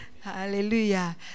Hallelujah